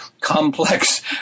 complex